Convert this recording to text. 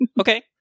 Okay